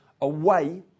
away